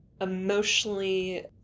emotionally